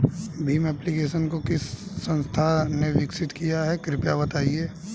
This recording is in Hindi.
भीम एप्लिकेशन को किस संस्था ने विकसित किया है कृपया बताइए?